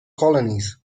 colonies